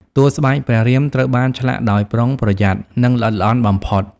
តួស្បែកព្រះរាមត្រូវបានឆ្លាក់ដោយប្រុងប្រយ័ត្ន និងល្អិតល្អន់បំផុត ។